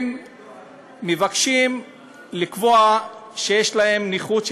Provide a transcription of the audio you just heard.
הם מבקשים לקבוע שיש להם נכות,